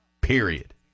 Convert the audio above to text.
period